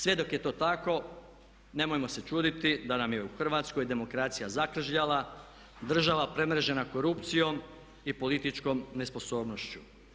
Sve dok je to tako nemojmo se čuditi da nam je u Hrvatskoj demokracija zakržljala, država premrežena korupcijom i političkom nesposobnošću.